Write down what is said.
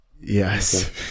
Yes